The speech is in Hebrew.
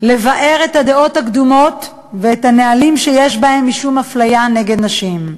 לבער את הדעות הקדומות ואת הנהלים שיש בהם משום אפליה נגד נשים,